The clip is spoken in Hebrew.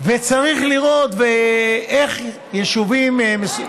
וצריך לראות איך יישובים,